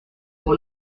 pour